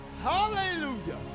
hallelujah